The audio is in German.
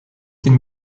den